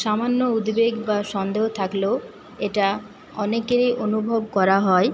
সামান্য উদ্বেগ বা সন্দেহ থাকলেও এটা অনেকেরই অনুভব করা হয়